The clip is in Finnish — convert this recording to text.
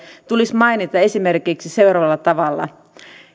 tulisi mainita esimerkiksi seuraavalla tavalla